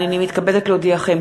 הנני מתכבדת להודיעכם,